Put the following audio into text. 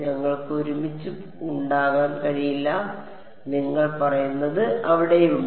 ഞങ്ങൾക്ക് ഒരുമിച്ച് ഉണ്ടാകാൻ കഴിയില്ല നിങ്ങൾ പറയുന്നത് അവിടെയുണ്ട്